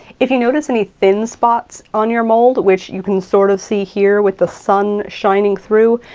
if you notice any thin spots on your mold, which you can sort of see here with the sun shining through,